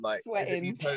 Sweating